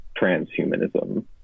transhumanism